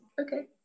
okay